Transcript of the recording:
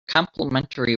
complimentary